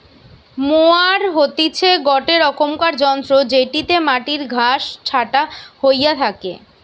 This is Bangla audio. মোয়ার হতিছে গটে রকমের যন্ত্র জেটিতে মাটির ঘাস ছাটা হইয়া থাকে